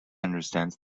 understands